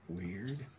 weird